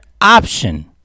option